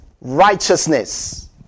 righteousness